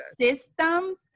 systems